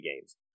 Games